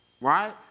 right